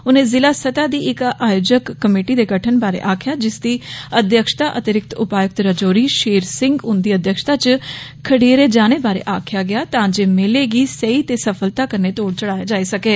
उनें जिला सतह दी इक आयोजक कमेटी दे गठन बारे आक्खेआ जिस दी अध्यक्षता अतिरिक्त उपायुक्त राजौरी ीमत ैपदही उन्दी अध्यक्षता च खडेरी जाने बारे आक्खेआ गेआ तां जे मेले गी सेही ते सफलता कन्नै तोड़ चाड़ेआ जाई सकै